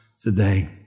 today